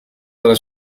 dalla